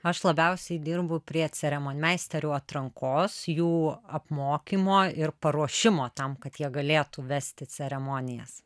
aš labiausiai dirbu prie ceremonmeisterių atrankos jų apmokymo ir paruošimo tam kad jie galėtų vesti ceremonijas